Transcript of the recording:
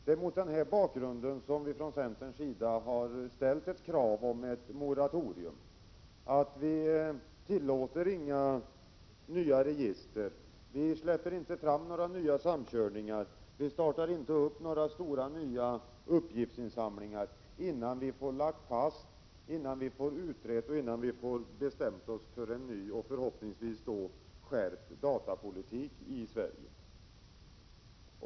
Det är mot den bakgrunden som vi från centerns sida har ställt ett krav på ett moratorium, att man inte tillåter några nya register, inte släpper fram några nya samkörningar, inte startar några stora nya uppgiftsinsamlingar innan vi får utrett och har bestämt oss för en ny och förhoppningsvis skärpt datapolitik i Sverige.